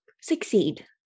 succeed